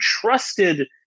trusted